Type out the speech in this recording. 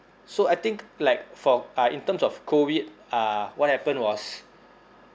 so I think like for uh in terms of COVID uh what happened was